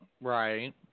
right